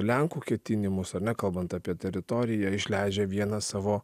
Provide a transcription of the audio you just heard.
lenkų ketinimus ar ne kalbant apie teritoriją išleidžia vieną savo